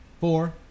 four